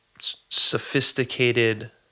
sophisticated